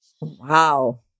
Wow